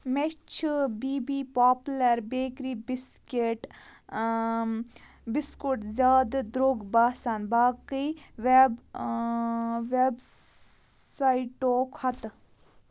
مےٚ چھِ B B popular bakery biscuit biscuit زیادٕ درٛوگ باسان باقٕے وٮ۪ب وٮ۪ب سایٹو کھۄتہٕ